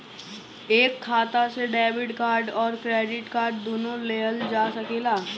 एक खाता से डेबिट कार्ड और क्रेडिट कार्ड दुनु लेहल जा सकेला?